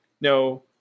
no